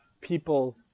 people